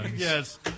Yes